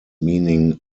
meaning